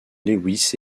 lewis